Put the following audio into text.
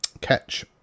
catch